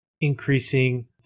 increasing